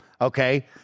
Okay